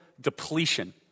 depletion